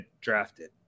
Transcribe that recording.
drafted